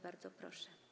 Bardzo proszę.